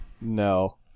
No